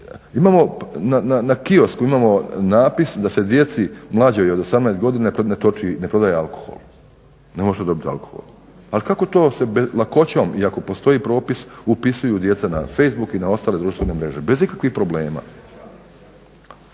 na kiosku napis da se djeci mlađoj od 18 godina ne prodaje alkohol, ne možete dobiti alkohol. Ali kako to sa lakoćom iako postoji propis upisuju djeca na Facebook i na ostale društvene mreže bez ikakvih problema?